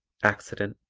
accident,